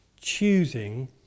choosing